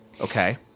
Okay